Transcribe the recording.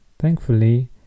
Thankfully